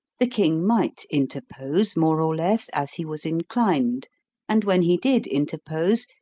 the king might interpose, more or less, as he was inclined and when he did interpose,